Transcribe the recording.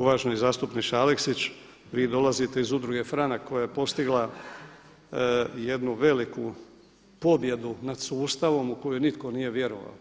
Uvaženi zastupniče Aleksić vi dolazite iz Udruge „Franak“ koja je postigla jednu veliku pobjedu nad sustavom u koju nitko nije vjerovao